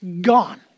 Gone